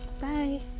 Bye